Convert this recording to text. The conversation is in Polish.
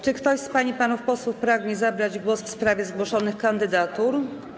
Czy ktoś z pań i panów posłów pragnie zabrać głos w sprawie zgłoszonych kandydatur?